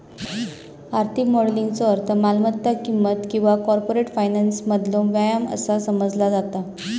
आर्थिक मॉडेलिंगचो अर्थ मालमत्ता किंमत किंवा कॉर्पोरेट फायनान्समधलो व्यायाम असा समजला जाता